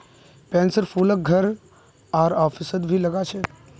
पैन्सीर फूलक घर आर ऑफिसत भी लगा छे